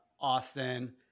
Austin